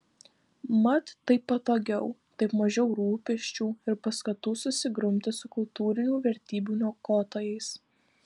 mat taip patogiau taip mažiau rūpesčių ir paskatų susigrumti su kultūrinių vertybių niokotojais